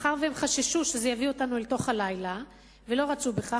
מאחר שהם חששו שזה יביא אותנו אל תוך הלילה ולא רצו בכך,